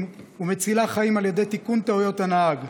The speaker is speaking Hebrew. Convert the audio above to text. ומצילה חיים על ידי תיקון טעויות הנהג,